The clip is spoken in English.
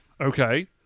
Okay